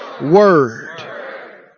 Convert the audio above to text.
word